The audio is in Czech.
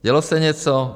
Dělo se něco?